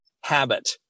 Habit